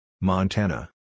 Montana